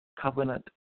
Covenant